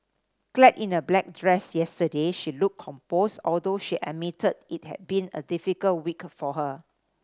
clad in a black dress yesterday she looked composed although she admitted it had been a difficult week for her